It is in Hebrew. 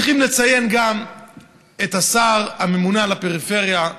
צריכים לציין גם את השר הממונה על הפריפריה.